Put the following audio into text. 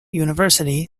university